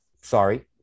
sorry